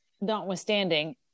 notwithstanding